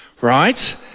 right